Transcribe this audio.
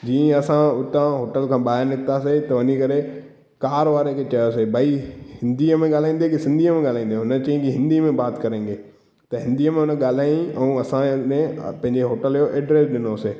जीअं असां उतां होटल खां ॿाहिरि निकितासीं त वञी करे कार वारे खे चयोसीं भाई हिंदीअ में ॻाल्हाईंदे की सिंधीअ में ॻाल्हाईंदे उन चयईं की हिंदी में बात करेंगे त हिंदीअ में उन ॻाल्हाईं ऐं असां ने पंहिंजे होटल जो एड्रेस ॾिनोसीं